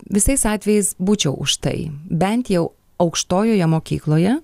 visais atvejais būčiau už tai bent jau aukštojoje mokykloje